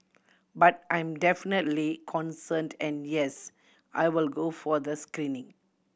but I'm definitely concerned and yes I will go for the screening